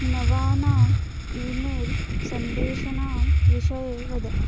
नवानाम् email सन्देशानां विषये वद